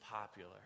popular